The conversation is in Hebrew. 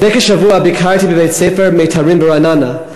לפני כשבוע ביקרתי בבית-הספר "מיתרים" ברעננה.